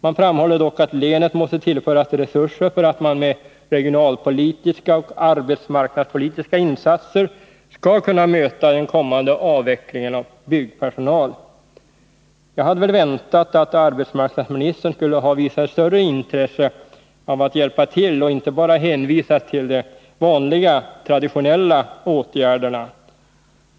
Man framhåller dock att länet måste tillföras resurser för att man med regionalpolitiska och arbetsmarknadspolitiska insatser skall kunna möta den kommande avvecklingen av byggpersonal. Jag hade väl väntat att arbetsmarknadsministern skulle ha visat ett större intresse av att hjälpa till och inte bara hänvisat till de vanliga, traditionella åtgärderna.